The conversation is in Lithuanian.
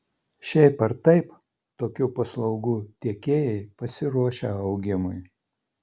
šiaip ar taip tokių paslaugų tiekėjai pasiruošę augimui